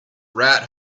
rat